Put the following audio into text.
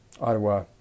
Ottawa